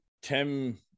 Tim